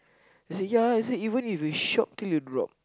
they say ya they said even if you shop till you drop